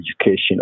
education